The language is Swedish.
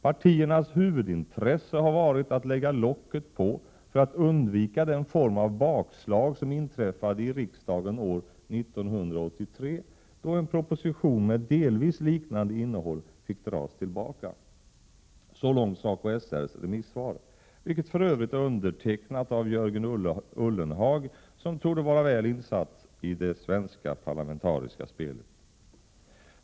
Partiernas huvudintresse har varit att lägga locket på för att undvika den form av bakslag som inträffade i riksdagen år 1983 då en proposition med delvis liknande innehåll fick dras tillbaka.” Så långt SACO/SR:s remissvar, vilket för övrigt är undertecknat av Jörgen Ullenhag, som torde vara väl insatt i det svenska parlamentariska spelet.